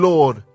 Lord